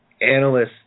Analysts